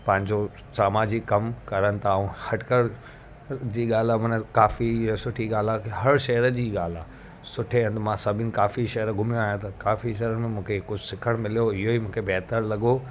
पंहिंजो सामाजिक कमु करनि था ऐं हटकर जी ॻाल्हि आहे माना काफ़ी इहा सुठी ॻाल्हि आहे की हर शहर जी ॻाल्हि आहे सुठे हंधु मां सभिनी काफ़ी शहर घुमियो आहियां त काफ़ी शहरनि में मूंखे हिकु सिखणु मिलियो इहो ई मूंखे बहितर लॻो